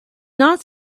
not